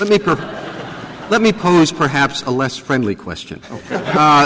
let me let me pose perhaps a less friendly question